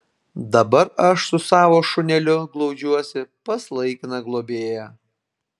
dabar aš su savo šuneliu glaudžiuosi pas laikiną globėją